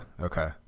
Okay